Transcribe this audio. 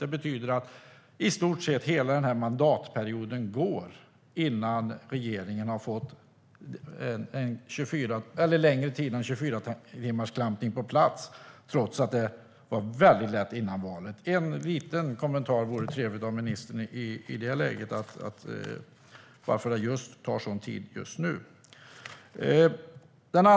Det betyder att i stort sett hela den här mandatperioden går innan regeringen har fått klampning på längre tid än 24 timmar på plats, trots att det var väldigt lätt före valet. Det vore trevligt med en liten kommentar från ministern om varför det tar sådan tid just nu.